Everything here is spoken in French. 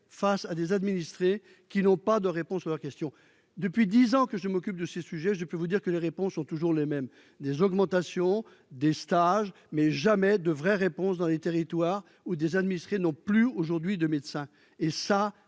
face à des administrés qui n'ont pas de réponses à leurs questions depuis 10 ans que je m'occupe de ces sujets, je peux vous dire que les réponses sont toujours les mêmes, des augmentations des stages mais jamais de vraies réponses dans les territoires où des administrés, non plus, aujourd'hui, de médecins, et ça